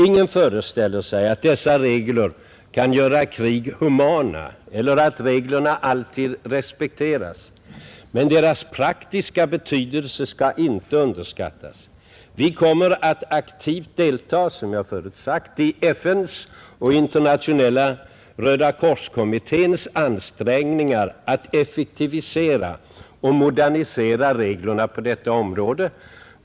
Ingen föreställer sig att dessa regler kan göra krig ”humana” eller att reglerna alltid respekteras. Men deras praktiska betydelse skall inte underskattas. Vi kommer, som jag förut sade, att aktivt delta i FN:s och Internationella Röda kors-kommitténs ansträngningar att effektivisera och modernisera reglerna på detta område.